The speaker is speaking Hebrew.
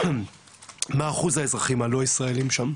מה אחוז האזרחים הלא ישראלים שם?